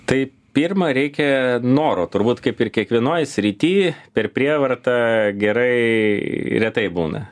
tai pirma reikia noro turbūt kaip ir kiekvienoj srity per prievartą gerai retai būna